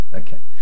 okay